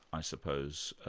i suppose,